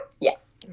yes